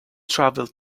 travel